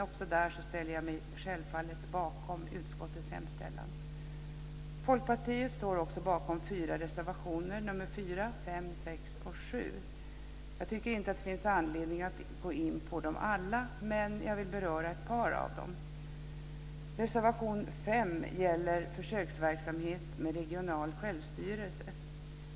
Också där ställer jag mig självfallet bakom utskottets hemställan. Folkpartiet står också bakom fyra reservationer - nr 4, 5, 6 och 7. Jag tycker inte att det finns anledning att gå in på dem alla, men jag vill beröra ett par av dem. Reservation 5 gäller försöksverksamhet med regional självstyrelse.